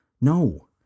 No